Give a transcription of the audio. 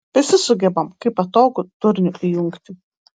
visi sugebam kai patogu durnių įjungti